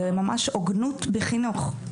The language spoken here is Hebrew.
זה ממש הוגנות בחינוך.